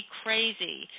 crazy